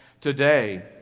today